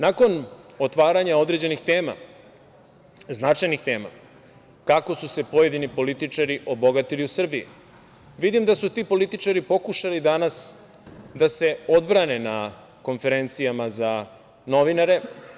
Nakon otvaranja određenih tema, značajnih tema, kako su se pojedini političari obogatili u Srbiji, vidim da su ti političari pokušali danas da se odbrane na konferencijama za novinare.